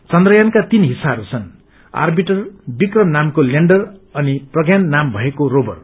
चन्द्रयानका सीन हिस्साहरू छन् आँविंटर विक्रम नामको लैण्डर अनि प्रज्ञान नाम भएको रोवर